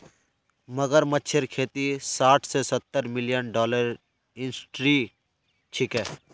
मगरमच्छेर खेती साठ स सत्तर मिलियन डॉलरेर इंडस्ट्री छिके